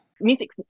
Music